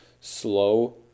slow